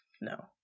no